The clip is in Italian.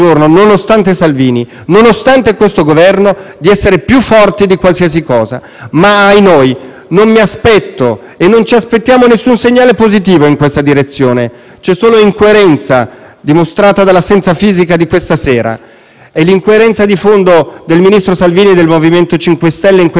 non mi aspetto e non ci aspettiamo nessun segnale positivo in questa direzione. C'è solo incoerenza, dimostrata dall'assenza fisica di questa sera. E l'incoerenza di fondo del ministro Salvini e del MoVimento 5 Stelle in questa vicenda è mossa esclusivamente dalla paura: la paura di essere processato e di essere condannato e, per effetto della legge Severino,